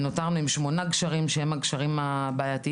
נותרנו עם שמונה גשרים שהם במירכאות הגשרים הבעייתיים.